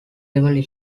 level